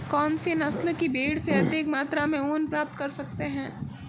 कौनसी नस्ल की भेड़ से अधिक मात्रा में ऊन प्राप्त कर सकते हैं?